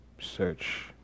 search